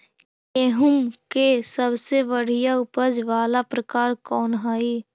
गेंहूम के सबसे बढ़िया उपज वाला प्रकार कौन हई?